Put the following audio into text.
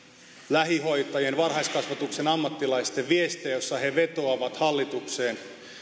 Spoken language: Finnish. lähihoitajien varhaiskasvatuksen ammattilaisten viestejä joissa he vetoavat hallitukseen